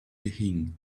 being